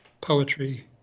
poetry